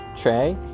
Trey